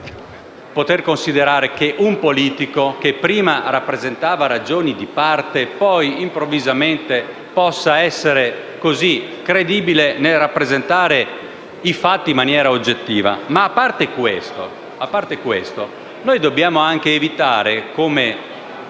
immaginare che un politico che prima rappresentava ragioni di parte poi, improvvisamente, possa essere credibile nel rappresentare i fatti in maniera oggettiva. A parte questo, dobbiamo anche evitare come